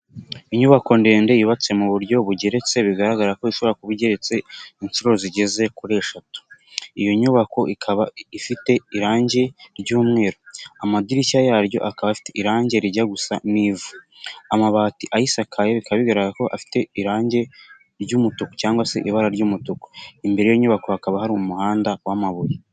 Inyubako ndende yubatse mu buryo bugeretse, bigaragara ko ishobora kuba igeretse inshuro zigeze kuri eshatu, iyo nyubako ikaba ifite irangi ry'umweru, amadirishya yaryo akaba afite irangi rijya gusa n'ivu, amabati ayisakaye bikaba bigaragara ko afite irangi ry'umutuku cyangwa se ibara ry'umutuku, imbere y'iyo nyubako hakaba hari umuhanda w'amabuye.